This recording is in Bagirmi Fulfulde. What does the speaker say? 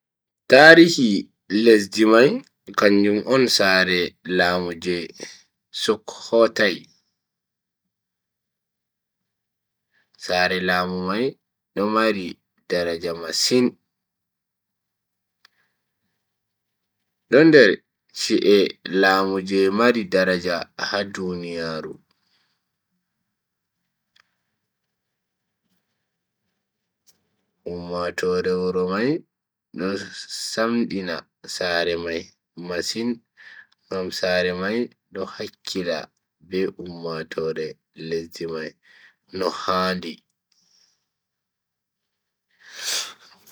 Tarihi lesdi mai kanjum on sare lamu je sukhothai. sare laamu mai do mari daraja masin, do nder chi'e laamu je mari daraja ha duniyaaru. ummatoore wuro mai do samdina sare mai masin ngam sare mai do hakkila be ummatoore lesdi mai no handi.